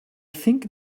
think